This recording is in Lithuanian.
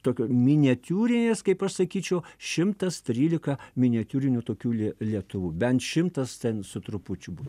tokio miniatiūrinės kaip aš sakyčiau šimtas trylika miniatiūrinių tokių lie lietuvų bent šimtas ten su trupučiu buvo